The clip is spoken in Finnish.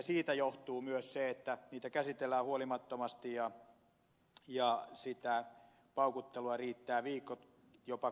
siitä johtuu myös se että niitä käsitellään huolimattomasti ja sitä paukuttelua riittää viikko jopa kuukausikaupalla